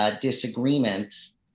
disagreements